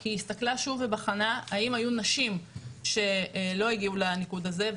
היא הסתכלה שוב ובחנה האם היו נשים שלא הגיעו לניקוד הזה,